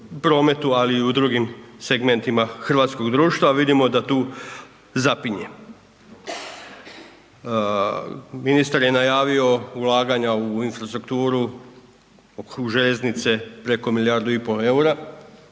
ali i u drugim segmentima hrvatskog društva, vidimo da tu zapinje. Ministar je najavio ulaganja u infrastrukturu, u željeznice preko milijardu i pol eura,